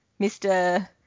Mr